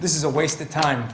this is a waste of time